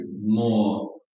more